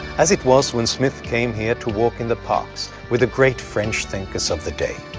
as it was when smith came here to walk in the parks with the great french thinkers of the day.